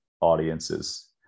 audiences